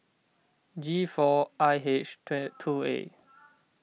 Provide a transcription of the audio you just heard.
G four I H two A